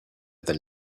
than